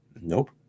Nope